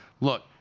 look